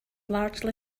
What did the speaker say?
largely